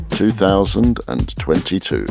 2022